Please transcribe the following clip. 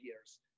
years